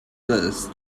this